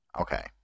okay